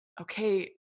okay